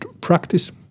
practice